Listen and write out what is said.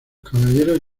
caballeros